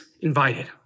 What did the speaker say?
invited